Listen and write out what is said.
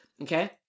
Okay